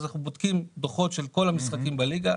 אז אנחנו בודקים דוחות של כל המשחקים בליגה.